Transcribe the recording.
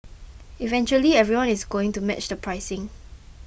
eventually everyone is going to match the pricing